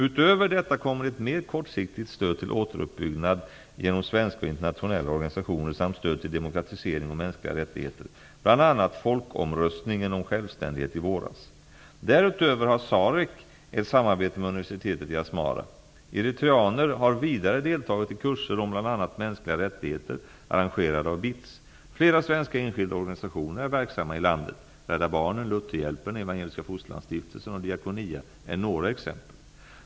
Utöver detta kommer ett mer kortsiktigt stöd till återuppbyggnad genom svenska och internationella organisationer samt stöd till demokratisering och mänskliga rättigheter, bl.a. folkomröstningen om självständighet i våras. Därutöver har SAREC ett samarbete med universitetet i Asmara. Eritreaner har vidare deltagit i kurser om bl.a. mänskliga rättigheter, arrangerade av BITS. Flera svenska enskilda organisationer är verksamma i landet. Rädda barnen, Lutherhjälpen, Evangeliska fosterlandsstiftelsen och Diakonia är några exempel.